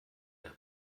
der